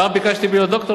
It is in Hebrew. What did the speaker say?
פעם ביקשתי להיות דוקטור?